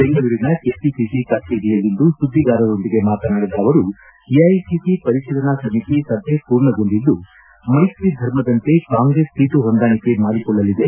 ಬೆಂಗಳೂರಿನ ಕೆಪಿಸಿಸಿ ಕಚೇರಿಯಲ್ಲಿಂದು ಸುದ್ದಿಗಾರರೊಂದಿಗೆ ಮಾತನಾಡಿದ ಅವರು ಎಐಸಿಸಿ ಪರಿಶೀಲನಾ ಸಮಿತಿ ಸಭೆ ಪೂರ್ಣಗೊಂಡಿದ್ದುಮೈತ್ರಿ ಧರ್ಮದಂತೆ ಕಾಂಗ್ರೆಸ್ ಸೀಟು ಹೊಂದಾಣಿಕೆ ಮಾಡಿಕೊಳ್ಳಲಿದೆ